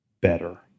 better